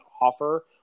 offer